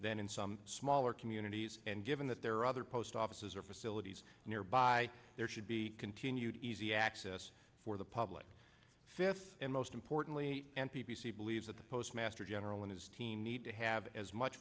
than in some smaller communities and given that there are other post offices or facilities nearby there should be continued easy access for the public fifth and most importantly n p c believes that the postmaster general and his team need to have as much